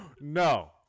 no